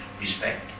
respect